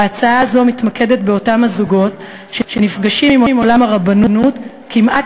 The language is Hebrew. ההצעה הזו מתמקדת באותם הזוגות שנפגשים עם עולם הרבנות כמעט